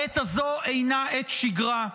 העת הזו אינה עת שגרה.